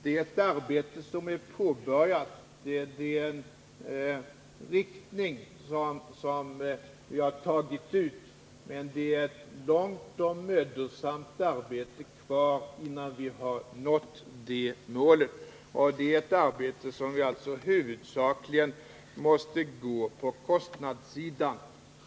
Det är ett arbete som har påbörjats. Men det återstår ett långt och mödosamt arbete innan vi har nått målet. I detta arbete måste vi i huvudsak se till kostnadssidan.